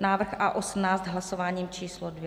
návrh A18 hlasováním číslo dvě.